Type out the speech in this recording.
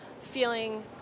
feeling